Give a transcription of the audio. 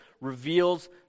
reveals